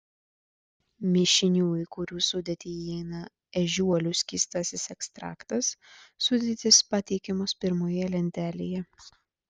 mišinių į kurių sudėtį įeina ežiuolių skystasis ekstraktas sudėtys pateikiamos pirmoje lentelėje